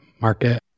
market